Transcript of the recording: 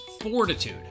fortitude